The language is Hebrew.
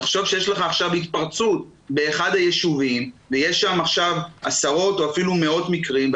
אם יש התפרצות באחד הישובים ויש שם עשרות או אפילו מאות מקרים,